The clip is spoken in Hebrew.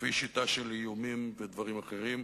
לפי שיטה של איומים ודברים אחרים.